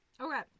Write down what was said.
Okay